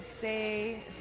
say